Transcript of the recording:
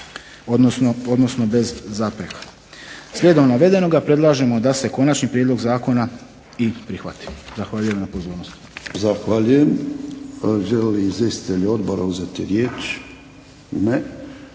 odnosno bez zapreka. Slijedom navedenoga predlažemo da se konačni prijedlog zakona i prihvati. Zahvaljujem na pozornosti.